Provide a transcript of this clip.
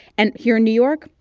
and here in new york,